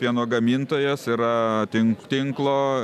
pieno gamintojas yra tink tinklo